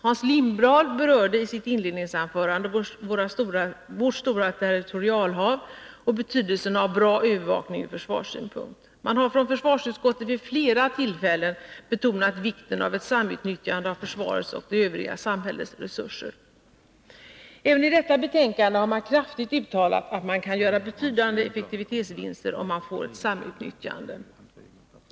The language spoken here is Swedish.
Hans Lindblad berörde i sitt inledningsanförande vårt stora territorialhav och betydelsen av en bra övervakning ur försvarssynpunkt. Man har från försvarsutskottet vid flera tillfällen betonat vikten av ett samutnyttjande av försvarets och det övriga samhällets resurser. Även i detta betänkande har försvarsutskottet kraftigt uttalat att man kan göra betydande effektivitetsvinster, om man får ett samutnyttjande.